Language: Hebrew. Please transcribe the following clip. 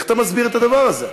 איך אתה מסביר את הדבר הזה?